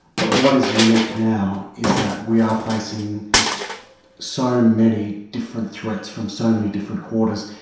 but what is unique now is that we are facing just so many different threats from so many different quarters,